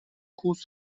کوس